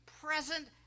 present